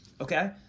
okay